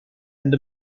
and